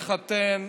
לחתן,